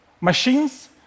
machines